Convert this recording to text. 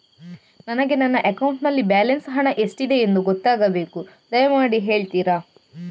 ನನಗೆ ನನ್ನ ಅಕೌಂಟಲ್ಲಿ ಬ್ಯಾಲೆನ್ಸ್ ಹಣ ಎಷ್ಟಿದೆ ಎಂದು ಗೊತ್ತಾಗಬೇಕು, ದಯಮಾಡಿ ಹೇಳ್ತಿರಾ?